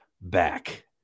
back